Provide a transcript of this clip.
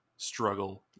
struggle